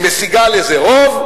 היא משיגה לזה רוב,